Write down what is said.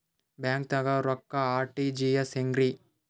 ಬ್ಯಾಂಕ್ದಾಗ ರೊಕ್ಕ ಆರ್.ಟಿ.ಜಿ.ಎಸ್ ಹೆಂಗ್ರಿ?